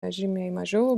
žymiai mažiau